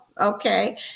okay